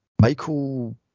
Michael